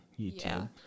youtube